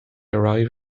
arrive